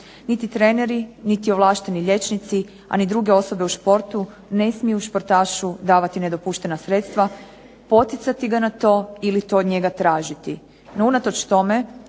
Niti treneri, niti ovlašteni liječnici, a ni druge osobe u športu ne smiju športašu davati nedopuštena sredstva, poticati ga na to ili to od njega tražiti.